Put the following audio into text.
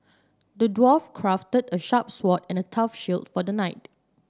the dwarf crafted a sharp sword and tough shield for the knight